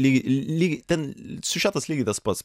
lyg lyg ten siužetas lygiai tas pats